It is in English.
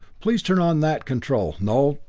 please turn on that control no,